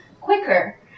quicker